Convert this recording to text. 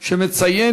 שמציין,